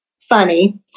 funny